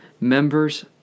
members